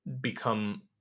become